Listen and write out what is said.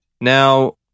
Now